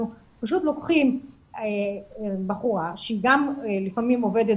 אנחנו פשוט לוקחים בחורה שהיא גם לפעמים עובדת